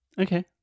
Okay